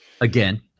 Again